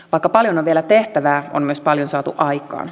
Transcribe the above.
vaikka paljon on vielä tehtävää on myös paljon saatu aikaan